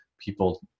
people